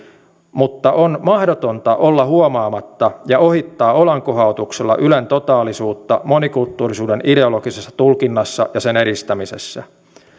mutta on mahdotonta olla huomaamatta ja ohittaa olankohautuksella ylen totaalisuutta monikulttuurisuuden ideologisessa tulkinnassa ja sen edistämisessä